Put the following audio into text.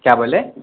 کیا بولے